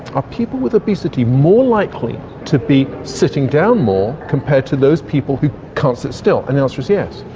are people with obesity more likely to be sitting down more compared to those people who can't sit still and the answer is yes,